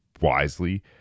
wisely